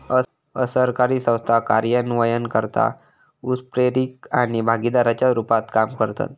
असरकारी संस्था कार्यान्वयनकर्ता, उत्प्रेरक आणि भागीदाराच्या रुपात काम करतत